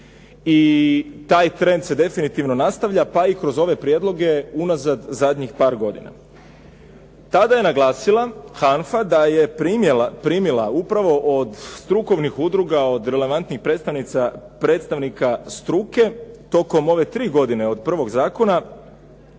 i taj trend se definitivno nastavlja, pa i kroz ove prijedloge unazad zadnjih par godina. Tada je naglasila HANFA da je primila upravo od strukovnih udruga, od relevantnih predstavnika struke tokom ove tri godine od prvog zakona